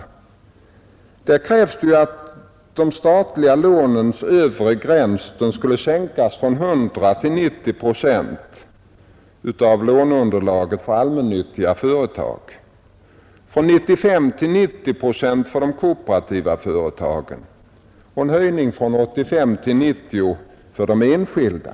I denna krävs att de statliga lånens övre gräns skall sänkas från 100 till 90 procent av låneunderlaget för allmännyttiga företag, från 95 till 90 procent för de kooperativa företagen men höjas från 85 till 90 för de enskilda.